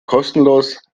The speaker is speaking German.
kostenlos